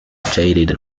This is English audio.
dated